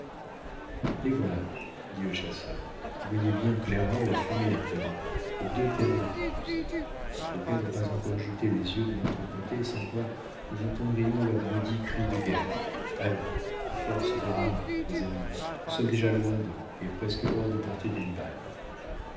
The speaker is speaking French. les voilà dit le chasseur vous voyez bien clairement la fumée à présent et deux canots qui plus est les coquins n'ont pas encore jeté les yeux de notre côté sans quoi nous entendrions leur maudit cri de guerre allons force de rames mes amis nous sommes déjà loin d'eux et presque hors de portée d'une balle